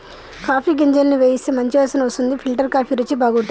coffee గింజలను వేయిస్తే మంచి వాసన వస్తుంది ఫిల్టర్ కాఫీ రుచి బాగుంటది